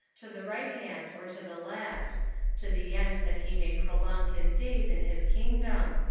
to the right hand, or to the left to the end that he may prolong his days in his kingdom,